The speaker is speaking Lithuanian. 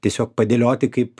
tiesiog padėlioti kaip